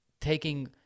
taking